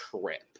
trip